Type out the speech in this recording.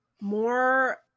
more